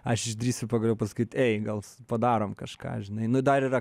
aš išdrįsiu pagaliau pasakyti ei gal padarome kažką žinai nu dar yra